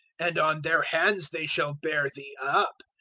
and on their hands they shall bear thee up,